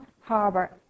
harbour